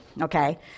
okay